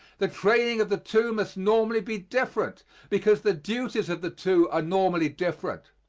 the training of the two must normally be different because the duties of the two are normally different.